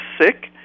sick